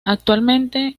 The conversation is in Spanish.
actualmente